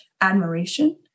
admiration